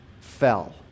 fell